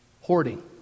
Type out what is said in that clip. hoarding